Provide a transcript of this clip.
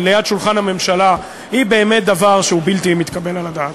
ליד שולחן הממשלה היא באמת דבר שהוא בלתי מתקבל על הדעת?